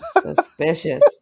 Suspicious